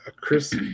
Chris